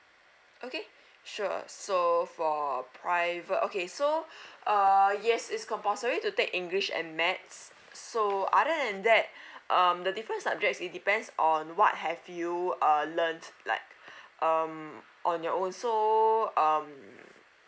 okay sure so for private okay so uh yes is compulsory to take english and maths so other than that um the different subjects it depends on what have you err learnt like um on your own so um